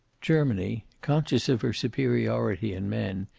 germany, conscious of her superiority in men,